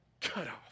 cutoff